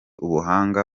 ubuhanga